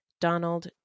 Donald